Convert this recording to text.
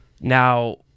Now